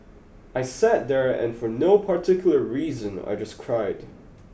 I sat there and for no particular reason I just cried